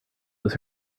was